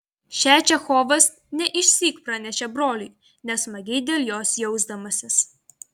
šią čechovas ne išsyk pranešė broliui nesmagiai dėl jos jausdamasis